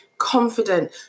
confident